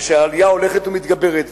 וכשהעלייה הולכת ומתגברת,